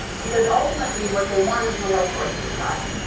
because ultimately what they want is the life force of the child,